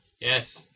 Yes